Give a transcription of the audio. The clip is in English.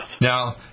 Now